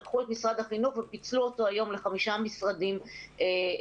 לקחו את משרד החינוך ופיצלו אותו היום לחמישה משרדים שונים,